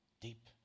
deep